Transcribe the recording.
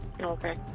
okay